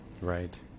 Right